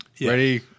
ready